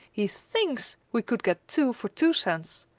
he thinks we could get two for two cents.